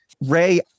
Ray